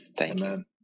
Amen